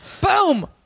boom